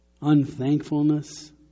unthankfulness